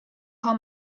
how